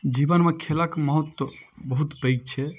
जीवनमे खेलक महत्त्व बहुत पैघ छै